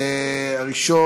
הצעות